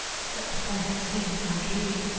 such as i had seen in my dream,